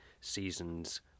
seasons